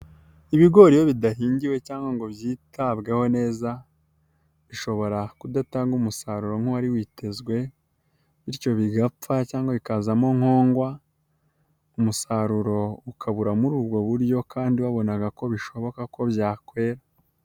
Ibigori iyo bidahingiwe cyangwa ngo byitabweho neza bishobora kudatanga umusaruro nk'uwari witezwe, bityo bigapfa cyangwa bikazamo nkongwa umusaruro ukabura muri ubwo buryo kandi wabonaga ko bishoboka ko byakwera.